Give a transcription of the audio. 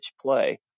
play